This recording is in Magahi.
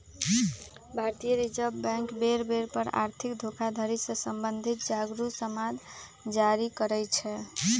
भारतीय रिजर्व बैंक बेर बेर पर आर्थिक धोखाधड़ी से सम्बंधित जागरू समाद जारी करइ छै